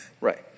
Right